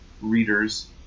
readers